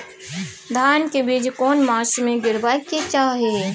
धान के बीज केना मास में गीराबक चाही?